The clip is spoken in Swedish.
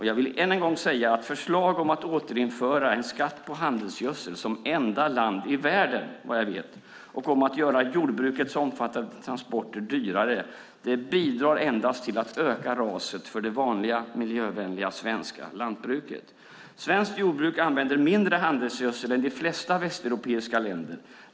Jag vill än en gång säga att förslag om att återinföra en skatt på handelsgödsel i Sverige som enda land i världen, vad jag vet, och om att göra jordbrukets omfattande transporter dyrare endast bidrar till att öka raset för det vanliga miljövänliga svenska lantbruket. I svenskt jordbruk används mindre handelsgödsel än i de flesta västeuropeiska länders.